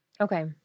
Okay